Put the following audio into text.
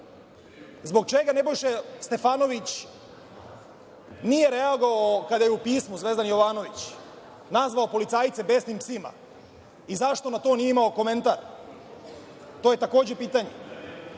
Zbog čega Nebojša Stefanović nije reagovao kada je u pismu Zvezdan Jovanović nazvao policajce besnim psima? Zašto na to nije imao komentar? To je, takođe, pitanje.